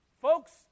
folks